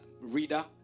reader